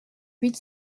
huit